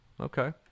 Okay